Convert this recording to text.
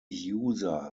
user